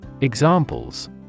Examples